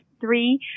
three